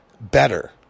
better